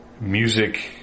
music